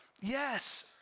yes